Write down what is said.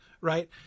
right